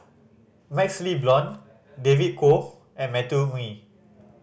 MaxLe Blond David Kwo and Matthew Ngui